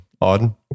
odd